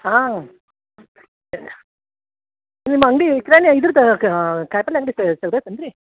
ಹಾಂ ನಿಮ್ಮ ಅಂಗಡಿ ಕಿರಾಣಿ ಇದರ್ದು ಕಾಯಿಪಲ್ಲೆ ಅಂಗಡಿ ತಗ್ದೇತನು ರೀ